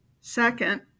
Second